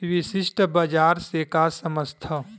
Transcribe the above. विशिष्ट बजार से का समझथव?